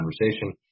conversation